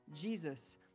Jesus